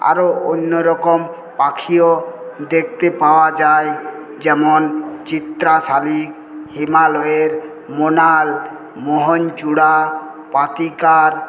আরও অন্যরকম পাখিও দেখতে পাওয়া যায় যেমন চিত্রা শালিক হিমালয়ের মোনাল মোহনচূড়া পাতিকার